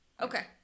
okay